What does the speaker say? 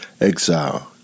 exile